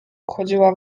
uchodziła